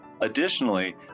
additionally